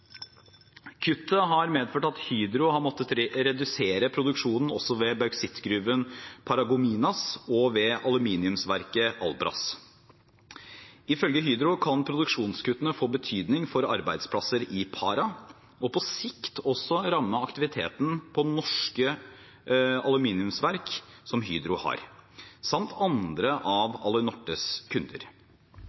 Kuttet har medført at Hydro har måttet redusere produksjonen også ved bauksittgruven Paragominas og ved aluminiumsverket Albras. Ifølge Hydro kan produksjonskuttene få betydning for arbeidsplasser i Pará og på sikt også ramme aktiviteten på norske aluminiumsverk som Hydro har, samt andre av Alunortes kunder.